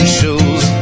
shows